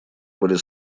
были